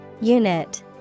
Unit